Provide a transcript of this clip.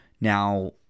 Now